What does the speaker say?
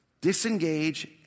disengage